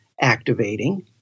activating